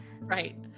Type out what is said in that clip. right